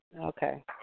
Okay